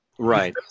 Right